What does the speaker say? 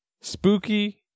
spooky